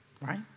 right